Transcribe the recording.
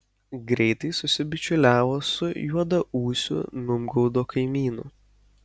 greitai susibičiuliavo su juodaūsiu numgaudo kaimynu